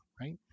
right